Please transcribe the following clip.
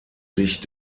sich